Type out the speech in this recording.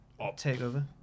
takeover